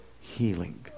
healing